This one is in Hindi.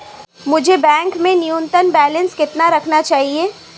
मुझे बैंक में न्यूनतम बैलेंस कितना रखना चाहिए?